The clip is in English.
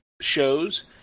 shows